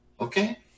Okay